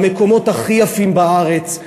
במקומות הכי יפים בארץ.